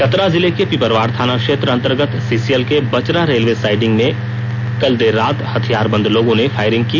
चतरा जिले के पिपरवार थाना क्षेत्र अंतर्गत सीसीएल के बचरा रेलवे साइडिंग में कल देर रात हथियारबंद लोगों ने फायरिंग की